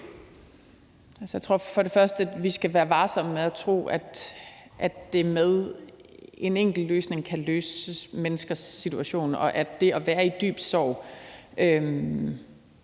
Jeg tror først og fremmest, vi skal være varsomme med at tro, at en enkelt løsning kan være svaret på menneskers situation, og at det at være i dyb sorg